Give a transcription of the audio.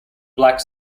black